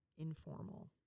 informal